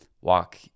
walk